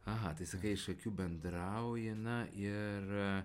aha tai sakai iš akių bendrauji na ir